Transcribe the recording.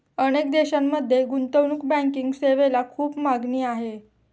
अनेक देशांमध्ये गुंतवणूक बँकिंग सेवेला खूप मागणी आहे